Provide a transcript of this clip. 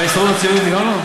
בהסתדרות הציונית גם לא?